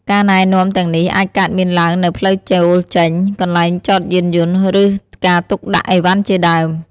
ការណែនាំទាំងនេះអាចកើតមានឡើងនៅផ្លូវចូលចេញ កន្លែងចតយានយន្ត ឬការទុកដាក់ឥវ៉ាន់ជាដើម។